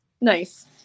Nice